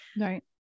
Right